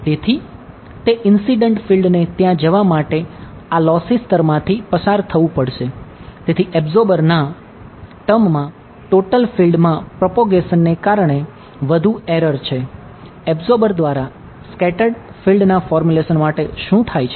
તેથી total field માટે શું થાય છે